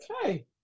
Okay